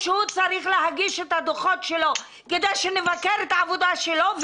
שהוא צריך להגיש את הדוחות שלו כדי שנבקר את העבודה שלו,